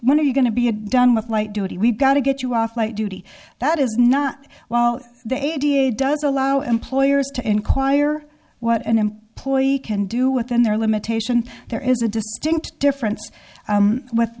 what are you going to be a done with light duty we've got to get you off light duty that is not well the eighty eight does allow employers to enquire what an employee can do within their limitation there is a distinct difference with